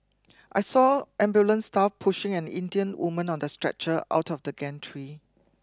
I saw ambulance staff pushing an Indian woman on the stretcher out of the gantry